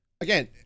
Again